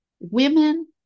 women